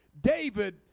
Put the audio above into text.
David